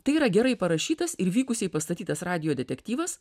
tai yra gerai parašytas ir vykusiai pastatytas radijo detektyvas